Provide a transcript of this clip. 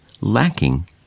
lacking